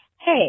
hey